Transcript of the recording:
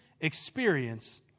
experience